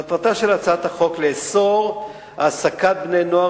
מטרתה של הצעת החוק לאסור העסקת בני נוער